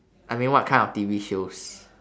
I mean what kind of T_V shows